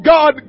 God